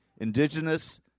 Indigenous